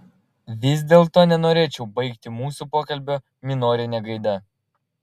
vis dėlto nenorėčiau baigti mūsų pokalbio minorine gaida